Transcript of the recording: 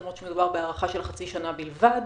למרות שמדובר בהארכה של חצי שנה בלבד.